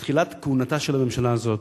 בתחילת כהונתה של הממשלה הזאת,